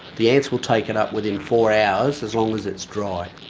the ants will take it up within four hours as long as it's dry.